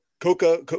Coca